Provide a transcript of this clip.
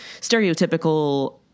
stereotypical